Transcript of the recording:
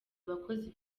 abakozi